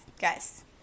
guys